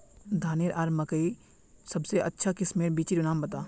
धानेर आर मकई सबसे अच्छा किस्मेर बिच्चिर नाम बता?